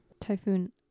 Typhoon